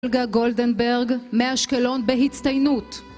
אולגה גולדנברג, מאשקלון בהצטיינות